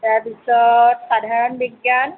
তাৰপিছত সাধাৰণ বিজ্ঞান